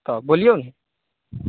तऽ बोलियौ ने